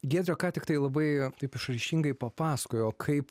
giedrė ką tiktai labai taip išraiškingai papasakojo kaip